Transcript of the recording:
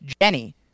Jenny